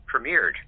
premiered